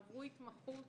עברו התמחות